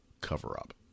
cover-up